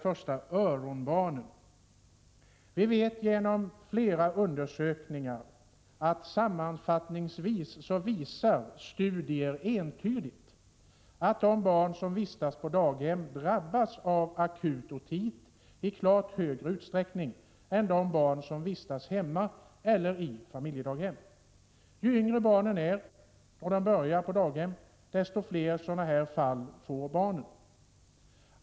Först öronbarnen: Flera undersökningar 18 mars 1986 visar entydigt att de barn som vistas på barnhem drabbas av akut otit i klart större utsträckning än de barn som vistas hemma eller i familjedaghem. Ju yngre barnen är då de börjar på daghem, desto oftare får de denna sjukdom.